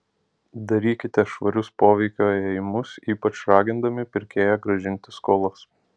darykite švarius poveikio ėjimus ypač ragindami pirkėją grąžinti skolas